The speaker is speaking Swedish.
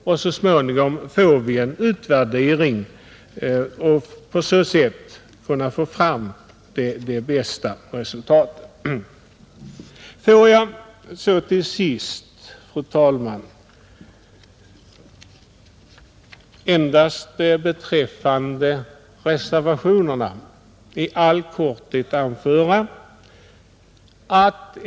På så sätt får vi fram de bästa resultaten. Låt mig till sist, fru talman, beträffande reservationerna endast i all korthet anföra följande.